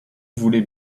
voulez